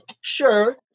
sure